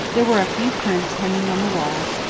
there were a few prints hanging on the walls,